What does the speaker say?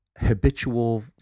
habitual